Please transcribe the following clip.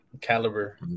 Caliber